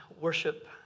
worship